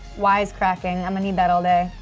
wisecracking, imma need that all day.